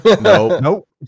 Nope